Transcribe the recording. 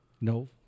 No